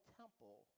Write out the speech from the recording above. temple